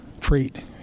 treat